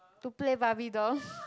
to play Barbie dolls